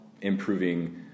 improving